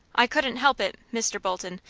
i couldn't help it, mr. bolton,